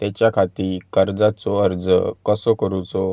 त्याच्याखाती कर्जाचो अर्ज कसो करूचो?